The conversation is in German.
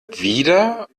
wieder